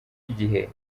igihe